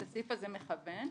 אז הסעיף הזה מכוון,